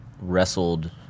wrestled